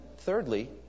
Thirdly